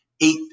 eight